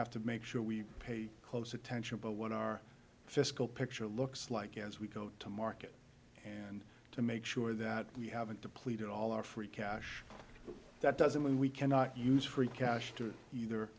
have to make sure we pay close attention to what our fiscal picture looks like as we go to market and to make sure that we haven't depleted all our free cash but that doesn't mean we cannot use free cash to either